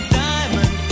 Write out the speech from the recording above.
diamond